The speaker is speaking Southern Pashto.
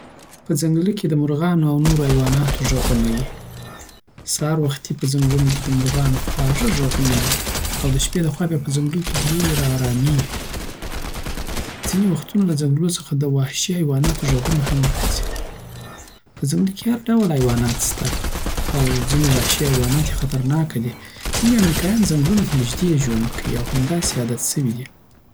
په ځنګله کی د مرغانو او نورو حیواناتو ږغونه وی. سهار وختی په ځنګلونو کی د مرغانو خواږه ږغونه یی او د شپی د خوا بیا په ځنګلونو کی ډیره آرامی وی. ځینی وختونه له ځنکلوڅخه د وحشی حیوانانو ږغونه هم راځی. په ځنګله کی هر ډول حیوانان سته او ځنی وحشی حیوانات یی خطرناکه دی. ځینی امریکایان ځنګلونو ته نژدی ژوند کوی او همداسی عادت سوي دی.